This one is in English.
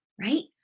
Right